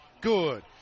good